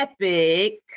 epic